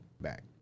back